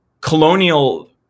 colonial